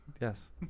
Yes